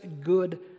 good